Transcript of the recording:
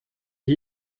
ich